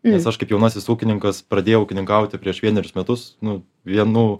nes aš kaip jaunasis ūkininkas pradėjau ūkininkauti prieš vienerius metus nu vienų